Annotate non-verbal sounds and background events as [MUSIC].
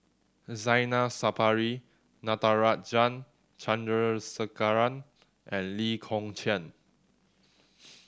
Zainal Sapari Natarajan Chandrasekaran and Lee Kong Chian [NOISE]